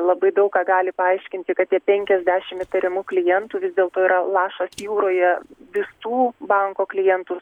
labai daug ką gali paaiškinti kad tie penkiasdešim įtariamų klientų vis dėlto yra lašas jūroje visų banko klientų